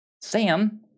Sam